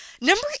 Number